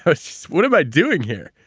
so so what am i doing here?